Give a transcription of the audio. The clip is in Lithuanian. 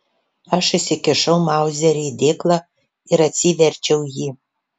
aš įsikišau mauzerį į dėklą ir atsiverčiau jį